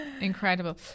Incredible